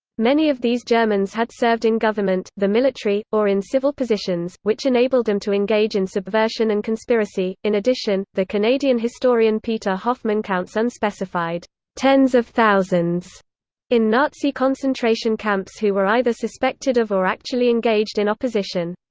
many of these germans had served in government, the military, or in civil positions, which enabled them to engage in subversion and conspiracy in addition, the canadian historian peter hoffman counts unspecified tens of thousands in nazi concentration camps who were either suspected of or actually engaged in opposition.